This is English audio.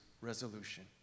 resolution